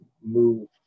move